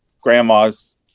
grandma's